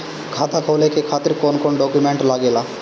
खाता खोले के खातिर कौन कौन डॉक्यूमेंट लागेला?